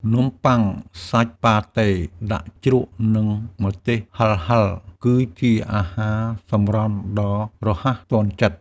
នំបុ័ងសាច់ប៉ាតេដាក់ជ្រក់ និងម្ទេសហិរៗ គឺជាអាហារសម្រន់ដ៏រហ័សទាន់ចិត្ត។